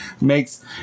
makes